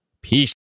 Peace